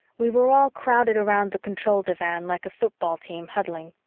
we were all crowded around the control divan like a football team huddling.